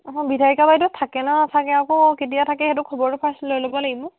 অঁ বিধায়িকা বাইদেউ থাকে নে নাথাকে আকৌ কেতিয়া থাকে সেইটো খবৰটো ফাৰ্ষ্ট লৈ ল'ব লাগিব